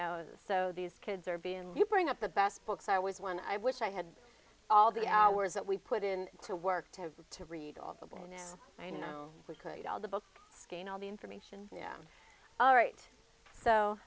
it's so these kids are being you bring up the best books i was when i wish i had all the hours that we put in to work to have to read all the bad news you know we could all the books again all the information yeah all right so